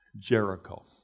Jericho